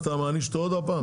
אתה מעניש אותו עוד פעם?